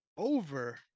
over